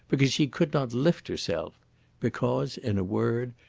because she could not lift herself because, in a word,